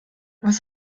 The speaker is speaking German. was